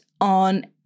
on